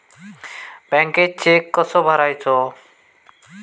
बँकेत चेक कसो भरायचो?